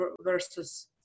versus